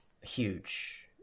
huge